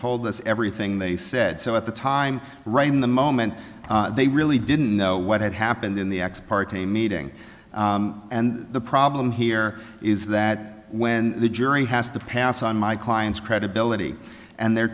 told us everything they said so at the time right in the moment they really didn't know what had happened in the ex parte meeting and the problem here is that when the jury has to pass on my client's credibility and they're